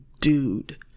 dude